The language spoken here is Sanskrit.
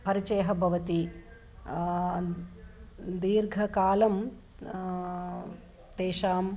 परिचयः भवति दीर्घकालं तेषाम्